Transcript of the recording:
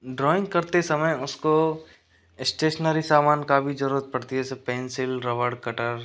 drawing करते समय उसको स्टेशनरी सामान का भी जरुरत पड़ती है जैसे पेंसिल रबड़ कटर